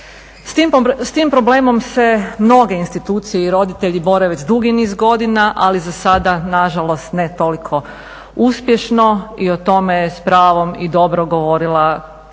S tim problemom se mnoge institucije i roditelji bore već dugi niz godina, ali za sada na žalost ne toliko uspješno i o tome je s pravom i dobro govorila u